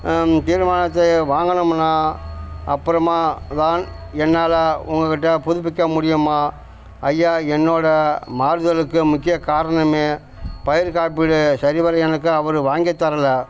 தீர்மானத்தை வாங்கணும்னால் அப்புறமா தான் என்னால் உங்கக்கிட்ட புதுப்பிக்க முடியுமா ஐயா என்னோடய மாறுதலுக்கு முக்கிய காரணமே பயிர் காப்பீடு சரிவர எனக்கு அவர் வாங்கித் தரலை